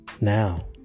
Now